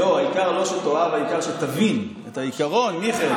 העיקר לא שתאהב, העיקר שתבין את העיקרון, מיכאל.